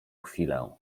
chwilę